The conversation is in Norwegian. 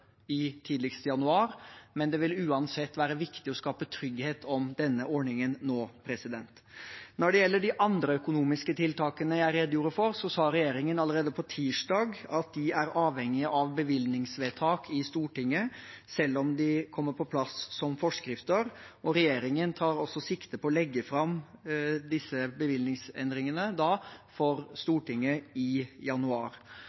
januar, men det vil være viktig å skape trygghet om denne ordningen nå. Når det gjelder de andre økonomiske tiltakene jeg redegjorde for, sa regjeringen allerede på tirsdag at de er avhengige av bevilgningsvedtak i Stortinget, selv om de kommer på plass som forskrifter, og regjeringen tar altså sikte på å legge fram disse bevilgningsendringene for Stortinget i januar.